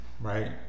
right